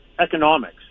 economics